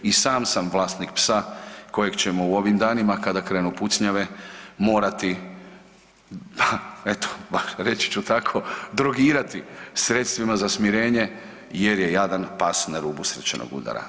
I sam sam vlasnik psa kojeg ćemo u ovim danima, kada krenu pucnjave, morati eto, reći ću tako, drogirati sredstvima za smirenje jer je jadan pas na rubu srčanog udara.